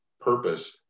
purpose